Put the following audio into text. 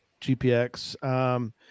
GPX